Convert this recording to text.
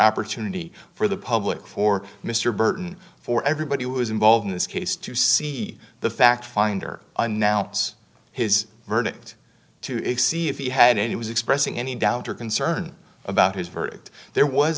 opportunity for the public for mr burton for everybody who was involved in this case to see the fact finder and now it's his verdict to see if he had any was expressing any doubt or concern about his verdict there was